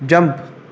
jump